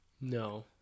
No